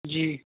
جی